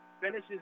finishes